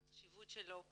על החשיבות שלו,